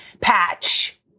patch